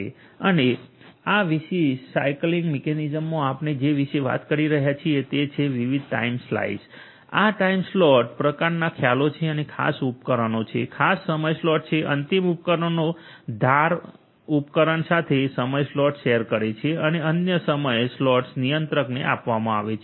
અને આ વિશેષ સ્લાયસીંગ મિકેનિઝમ માં આપણે જે વિશે વાત કરી રહ્યા છીએ તે છે વિવિધ ટાઇમ સ્લાઈસ અથવા ટાઇમ સ્લોટ પ્રકારના ખ્યાલો છે અને ખાસ ઉપકરણો છે ખાસ સમય સ્લોટ છે અંતિમ ઉપકરણો ધાર એજ -edge ઉપકરણ ખાસ સમય સ્લોટ શેર કરે છે અને અન્ય સમય સ્લોટ્સ નિયંત્રકને આપવામાં આવશે